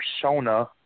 persona